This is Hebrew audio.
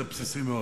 זה בסיסי מאוד.